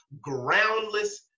groundless